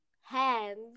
hands